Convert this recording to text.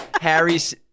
harry's